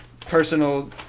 personal